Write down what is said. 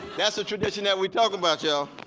that's the tradition that we're talking about y'all.